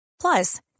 Plus